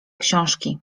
książki